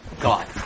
God